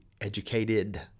educated